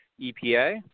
EPA